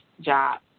job